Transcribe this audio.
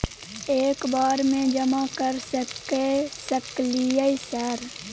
एक बार में जमा कर सके सकलियै सर?